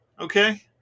okay